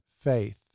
faith